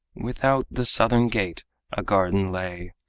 without the southern gate a garden lay,